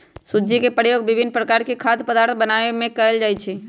सूज्ज़ी के प्रयोग विभिन्न प्रकार के खाद्य पदार्थ बनाबे में कयल जाइ छै